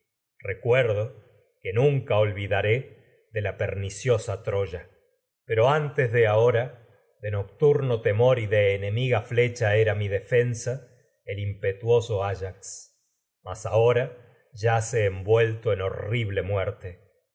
recuerdo que olvidaré de de la perniciosa temor y troya pero antes de ahora nocturno de enemiga flecha era mi defensa el impetuoso ahora áyax cuál mas yace envuelto en horrible muerte